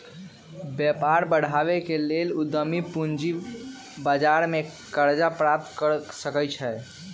व्यापार बढ़ाबे के लेल उद्यमी पूजी बजार से करजा प्राप्त कर सकइ छै